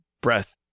breath